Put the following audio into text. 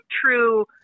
true